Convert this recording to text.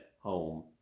home